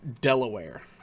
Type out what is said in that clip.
delaware